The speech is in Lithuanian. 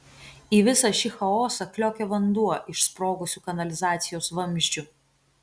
į visą šį chaosą kliokė vanduo iš sprogusių kanalizacijos vamzdžių